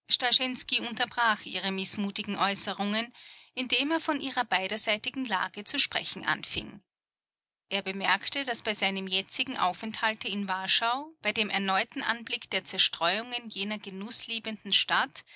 unterbrach ihre mißmutigen äußerungen indem er von ihrer beiderseitigen lage zu sprechen anfing er bemerkte daß bei seinem jetzigen aufenthalte in warschau bei dem erneuten anblick der zerstreuungen jener genußliebenden stadt